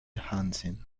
hansen